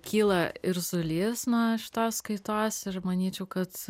kyla irzulys nuo šitos kaitos manyčiau kad